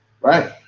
Right